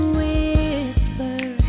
whisper